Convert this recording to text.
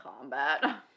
combat